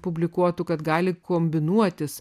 publikuotų kad gali kombinuotis